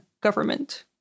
government